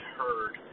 heard